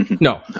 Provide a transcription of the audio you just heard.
No